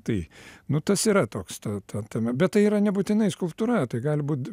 tai nu tas yra toks ta ta tema bet tai yra nebūtinai skulptūra tai gali būt